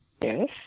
Yes